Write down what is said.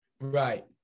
Right